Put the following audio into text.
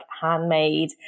handmade